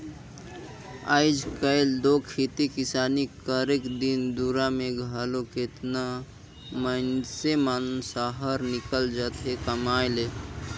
आएज काएल दो खेती किसानी करेक दिन दुरा में घलो केतना मइनसे मन सहर हिंकेल जाथें कमाए ले